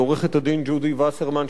לעורכת-הדין ג'ודי וסרמן,